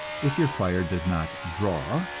if your fire does not draw,